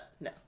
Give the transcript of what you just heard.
no